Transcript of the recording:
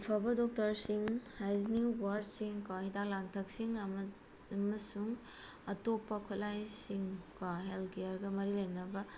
ꯑꯐꯕ ꯗꯣꯛꯇꯔꯁꯤꯡ ꯍꯥꯏꯖꯅꯤꯛ ꯋꯥꯔꯠꯁꯤꯡꯀꯣ ꯍꯤꯗꯥꯛ ꯂꯥꯡꯊꯛꯁꯤꯡ ꯑꯃꯁꯨꯡ ꯑꯇꯣꯞꯄ ꯈꯨꯠꯂꯥꯏꯁꯤꯡꯀꯣ ꯍꯦꯜꯊ ꯀꯦꯌꯔꯒ ꯃꯔꯤ ꯂꯩꯅꯕ